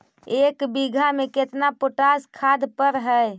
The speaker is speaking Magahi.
एक बिघा में केतना पोटास खाद पड़ है?